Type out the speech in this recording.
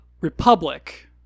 Republic